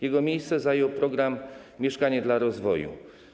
Jego miejsce zajął program „Mieszkanie dla rozwoju”